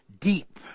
deep